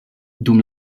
dum